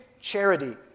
charity